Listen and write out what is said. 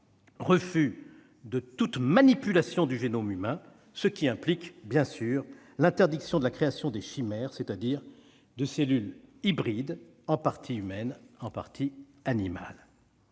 refus de toute manipulation du génome humain, ce qui implique bien sûr l'interdiction de la création de chimères, c'est-à-dire de cellules hybrides, en partie humaines, en partie animales